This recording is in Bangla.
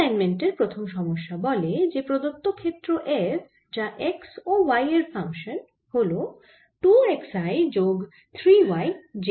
এই অ্যাসাইনমেন্ট এর প্রথম সমস্যা বলে যে প্রদত্ত ক্ষেত্র F যা x ও y এর ফাংশান হল 2 x i যোগ 3 y j